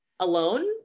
alone